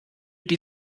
die